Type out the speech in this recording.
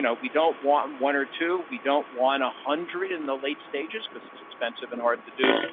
and we don't want one or two. we don't want a hundred in the late stages, because it's expensive and hard to do.